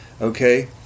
Okay